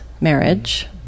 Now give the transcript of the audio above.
marriage